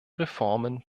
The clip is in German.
reformen